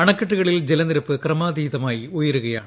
അണക്കെട്ടുകളിൽ ജലനിരപ്പ് ക്രമാതീതമായി ഉയരുകയാണ്